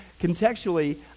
contextually